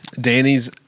Danny's